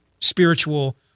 spiritual